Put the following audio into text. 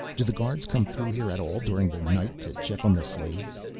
do the guards come through here at all during the night to check on the slaves?